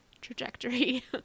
trajectory